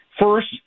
First